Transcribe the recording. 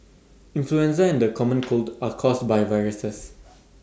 influenza and the common cold are caused by viruses